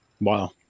Wow